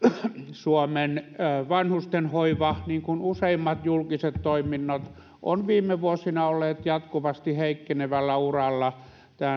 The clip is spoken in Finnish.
suomen vanhustenhoiva niin kuin useimmat julkiset toiminnot on viime vuosina ollut jatkuvasti heikkenevällä uralla